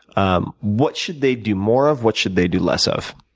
um what should they do more of? what should they do less of?